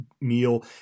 meal